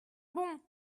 bon